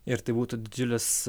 ir tai būtų didžiulis